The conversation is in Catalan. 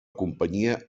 companyia